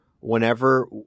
whenever